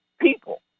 people